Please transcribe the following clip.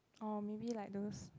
or maybe like those